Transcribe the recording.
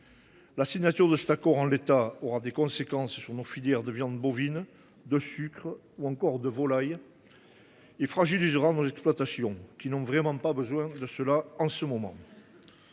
La signature de cet accord en l’état aurait des conséquences sur nos filières de viande bovine, de sucre ou encore de volaille, et fragiliserait nos exploitations, qui n’ont réellement pas besoin de cela en ce moment.